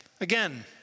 Again